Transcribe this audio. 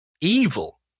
evil